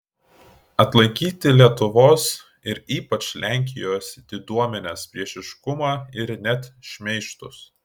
atlaikyti lietuvos ir ypač lenkijos diduomenės priešiškumą ir net šmeižtus